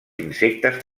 insectes